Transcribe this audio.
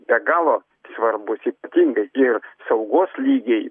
be galo svarbus ypatingai ir saugos lygiai